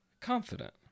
Confident